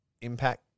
impact